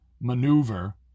maneuver